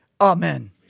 amen